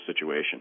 situation